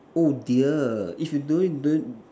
oh dear if you do it don't